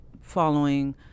following